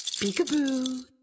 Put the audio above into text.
Peek-a-boo